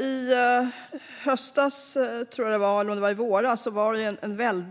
I höstas eller om det var i våras kom